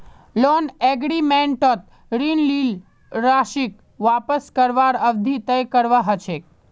loan एग्रीमेंटत ऋण लील राशीक वापस करवार अवधि तय करवा ह छेक